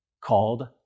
called